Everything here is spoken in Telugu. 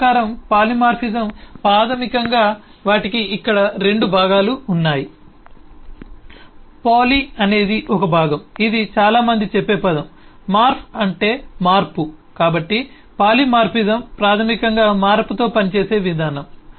పేరు ప్రకారం పాలిమార్ఫిజం ప్రాథమికంగా వాటికి ఇక్కడ రెండు భాగాలు ఉన్నాయి పాలీ అనేది ఒక భాగం ఇది చాలా మంది చెప్పే పదం మార్ఫ్ అంటే మార్పు కాబట్టి పాలిమార్ఫిజం ప్రాథమికంగా మార్పుతో పనిచేసే విధానం